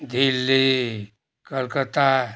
Delhi Calcutta